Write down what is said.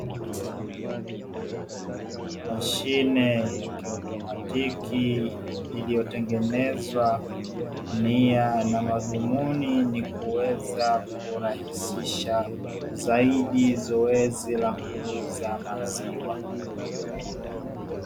Mashine ya kiautomatiki, iliyotengenezwa nia na madhumuni kuweza kurahisisha zaidi zoezi la kuuza maziwa.